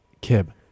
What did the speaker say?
Kib